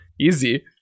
Easy